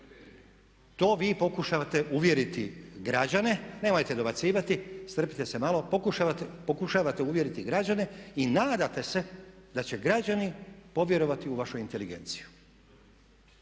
To vi pokušavate uvjeriti građane … /Upadica se ne razumije./… Nemojte dobacivati, strpite se malo. Pokušavate uvjeriti građane i nadate se da će građani povjerovati u vašu inteligenciju.